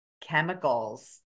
chemicals